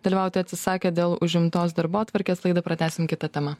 dalyvauti atsisakė dėl užimtos darbotvarkės laidą pratęsim kita tema